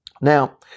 Now